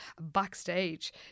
Backstage